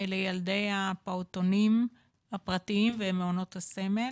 אלה ילדי הפעוטונים הפרטיים ומעונות הסמל,